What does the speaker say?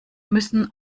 müssen